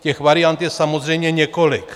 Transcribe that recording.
Těch variant je samozřejmě několik.